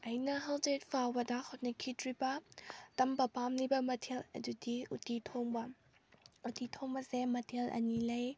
ꯑꯩꯅ ꯍꯧꯖꯤꯛ ꯐꯥꯎꯕꯗ ꯍꯣꯠꯅꯈꯤꯗ꯭ꯔꯤꯕ ꯇꯝꯕ ꯄꯥꯝꯂꯤꯕ ꯃꯊꯦꯜ ꯑꯗꯨꯗꯤ ꯎꯇꯤ ꯊꯣꯡꯕ ꯎꯇꯤ ꯊꯣꯡꯕꯁꯦ ꯃꯊꯦꯜ ꯑꯅꯤ ꯂꯩ